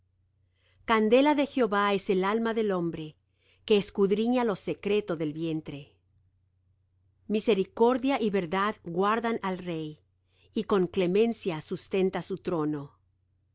candela de jehová es el alma del hombre que escudriña lo secreto del vientre misericordia y verdad guardan al rey y con clemencia sustenta su trono